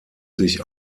sich